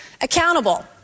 accountable